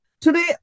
today